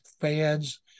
fans